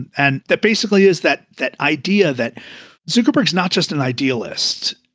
and and that basically is that that idea that zuckerberg is not just an idealist.